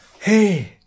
Hey